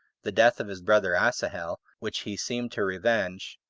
the death of his brother asahel, which he seemed to revenge,